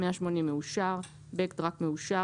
(4)מאה שמונים מאושר (5)Back track מאושר